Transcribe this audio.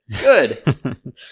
Good